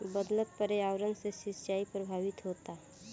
बदलत पर्यावरण से सिंचाई प्रभावित होता